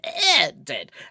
dead